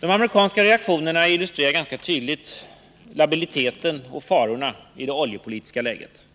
De amerikanska reaktionerna illustrerar tydligt labiliteten och farorna i det oljepolitiska läget.